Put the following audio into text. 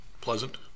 pleasant